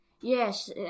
yes